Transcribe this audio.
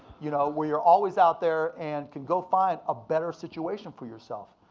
you know where you're always out there and can go find a better situation for yourself.